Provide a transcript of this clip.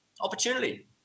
Opportunity